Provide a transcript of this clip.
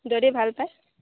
যদি ভাল পায়